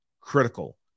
critical